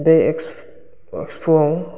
बे एक्सप'आव